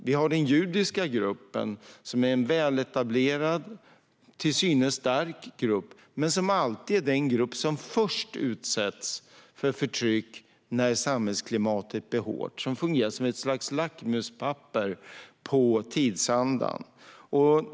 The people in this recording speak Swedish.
Vi har den judiska gruppen, som är en väletablerad och till synes stark grupp, men som alltid är den grupp som först utsätts för förtryck när samhällsklimatet blir hårt. Den fungerar som ett slags lackmuspapper på tidsandan.